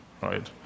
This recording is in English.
Right